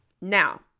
Now